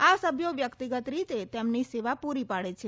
આ સભ્યો વ્યક્તિગત રીતે તેમની સેવા પૂરી પાડે છે